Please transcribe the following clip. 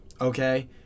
okay